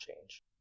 change